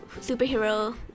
Superhero